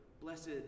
Blessed